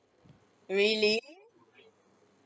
really